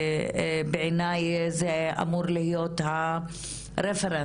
בעיניי זה אמור להיות הרפרנס,